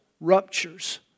ruptures